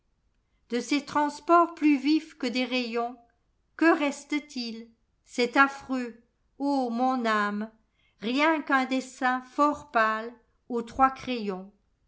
de ces transports plus vifs que des rayons que reste-t-il c'est affreux ô mon âme rien qu'un dessin fort pâle aux trois crayouà